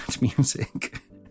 music